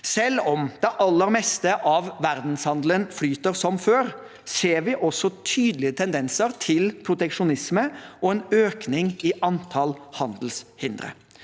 Selv om det aller meste av verdenshandelen flyter som før, ser vi også tydelige tendenser til proteksjonisme og en økning i antall handelshindre.